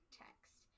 text